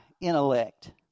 intellect